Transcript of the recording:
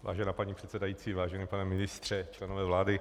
Vážená paní předsedající, vážený pane ministře, členové vlády.